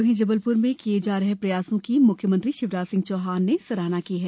वहीं जबलपुर में किये जा रहे प्रयासों की मुख्यमंत्री शिवराज सिंह चौहान ने सराहना की है